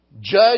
Judge